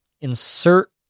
insert